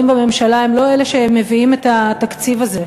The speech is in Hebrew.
בממשלה הם לא אלה שמביאים את התקציב הזה,